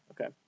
Okay